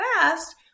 fast